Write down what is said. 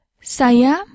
saya